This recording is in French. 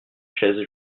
chaises